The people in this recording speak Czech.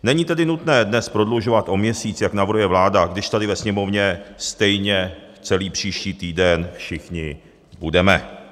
Není tedy nutné dnes prodlužovat o měsíc, jak navrhuje vláda, když tady ve Sněmovně stejně celý příští týden všichni budeme.